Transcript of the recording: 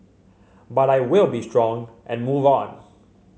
but I will be strong and move on